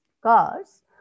cars